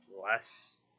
less